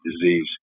disease